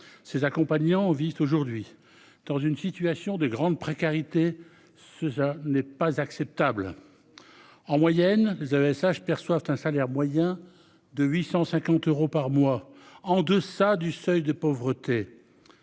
ces accompagnant on vit aujourd'hui dans une situation de grande précarité ce ça n'est pas acceptable. En moyenne vous avez perçoivent un salaire moyen de 850 euros par mois en deçà du seuil de pauvreté.